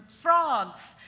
frogs